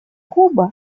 куба